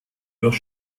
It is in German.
noch